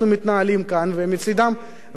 ומצדם,